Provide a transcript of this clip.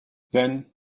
then